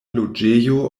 loĝejo